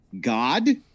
God